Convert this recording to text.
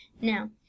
Now